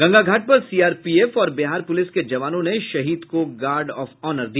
गंगा घाट पर सीआरपीएफ और बिहार पुलिस के जवानों ने शहीद को गार्ड ऑफ ऑनर दिया